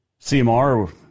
CMR